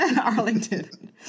Arlington